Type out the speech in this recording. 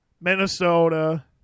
Minnesota